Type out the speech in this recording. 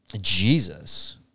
Jesus